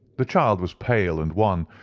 the child was pale and wan,